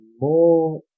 more